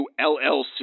LLC